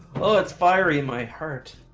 let's fire in my heart